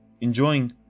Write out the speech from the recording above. enjoying